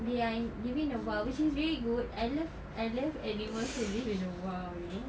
they are living in the wild which is really good I love I love animals to live in the wild you know